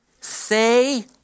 Say